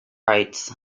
rights